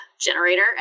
generator